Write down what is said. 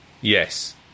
Yes